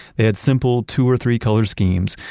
they had simple two or three color schemes,